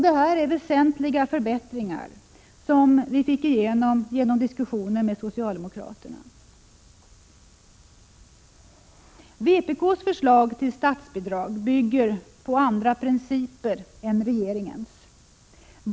Det här är väsentliga förbättringar, som vpk fick igenom tack vare sina diskussioner med socialdemokraterna. Vpk:s förslag till statsbidrag bygger på andra principer än regeringens.